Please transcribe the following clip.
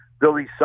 Billy